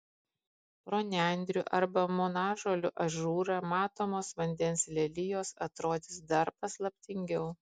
pro nendrių arba monažolių ažūrą matomos vandens lelijos atrodys dar paslaptingiau